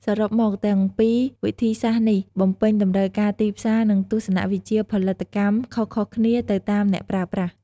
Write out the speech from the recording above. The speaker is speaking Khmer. សរុបមក ទាំងពីរវិធីសាស្ត្រនេះបំពេញតម្រូវការទីផ្សារ និងទស្សនវិជ្ជាផលិតកម្មខុសៗគ្នាទៅតាមអ្នកប្រើប្រាស់។